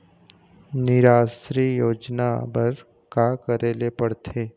निराश्री योजना बर का का करे ले पड़ते?